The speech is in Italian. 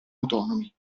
autonomi